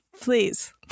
Please